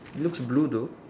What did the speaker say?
looks blue though